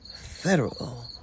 federal